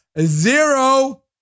Zero